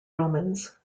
romans